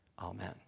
amen